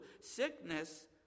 sickness